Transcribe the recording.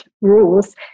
Rules